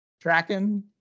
tracking